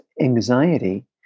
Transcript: anxiety